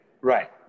right